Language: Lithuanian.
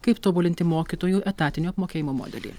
kaip tobulinti mokytojų etatinio apmokėjimo modelį